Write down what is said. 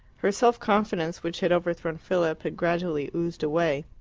her self-confidence, which had overthrown philip, had gradually oozed away.